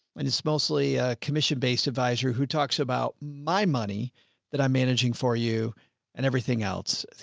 and it's mostly a commission-based advisor who talks about my money that i'm managing for you and everything else.